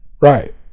right